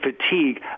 fatigue